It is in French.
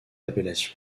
appellation